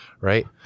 right